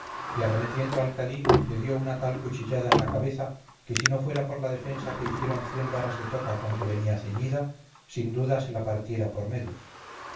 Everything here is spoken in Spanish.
y arremetiendo al cadí le dio una tal cuchillada en la cabeza que si no fuera por la defensa que hicieron cien varas de toca con que venía ceñida sin duda se la partiera por medio